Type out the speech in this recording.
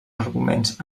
arguments